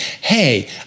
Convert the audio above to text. hey